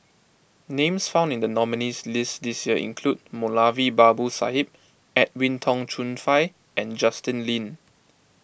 names found in the nominees list this year include Moulavi Babu Sahib Edwin Tong Chun Fai and Justin Lean